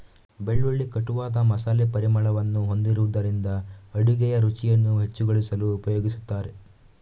ಬೆಳ್ಳುಳ್ಳಿ ಕಟುವಾದ ಮಸಾಲೆ ಪರಿಮಳವನ್ನು ಹೊಂದಿರುವುದರಿಂದ ಅಡುಗೆಯ ರುಚಿಯನ್ನು ಹೆಚ್ಚುಗೊಳಿಸಲು ಉಪಯೋಗಿಸುತ್ತಾರೆ